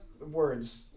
words